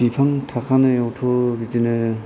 बिफां थाखानायावथ' बिदिनो